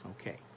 Okay